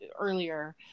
earlier